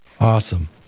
awesome